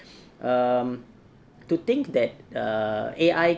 um to think that err A_I